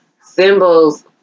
symbols